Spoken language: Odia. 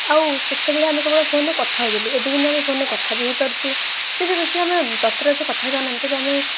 ଆଉ ସେତେବେଳେ ଆମେ କେବେଳ ଫୋନ୍ ରେ କଥା ହେଉଥିଲେ ଏବେ କିନ୍ତୁ ଆମେ ଫୋନ୍ ରେ କଥା ବି ହେଇପାରୁଛେ ଯଦି କିଛି ଆମେ ତରତର ଅଛେ କଥା ହେଇପାରୁ ନାହାନ୍ତି ତେବେ ଆମେ